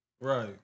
Right